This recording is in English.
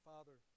Father